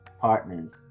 partners